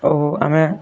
ଆଉ ଆମେ